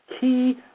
key